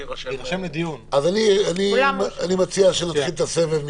אני מציע שנתחיל את הסבב.